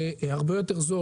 זה הרבה יותר זול.